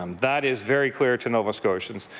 um that is very clear to nova scotians.